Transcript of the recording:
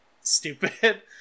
stupid